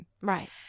Right